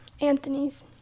Anthony's